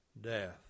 death